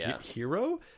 hero